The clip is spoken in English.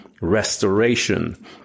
Restoration